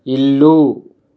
ఇల్లు